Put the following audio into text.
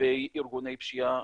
לגבי ארגוני פשיעה